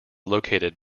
located